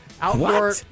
outdoor